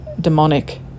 demonic